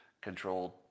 controlled